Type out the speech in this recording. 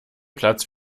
platz